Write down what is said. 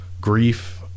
Grief